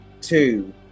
two